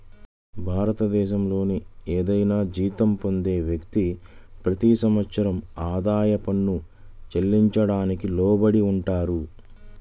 భారతదేశంలోని ఏదైనా జీతం పొందే వ్యక్తి, ప్రతి సంవత్సరం ఆదాయ పన్ను చెల్లించడానికి లోబడి ఉంటారు